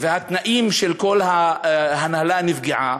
והתנאים של כל ההנהלה נפגעו.